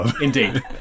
indeed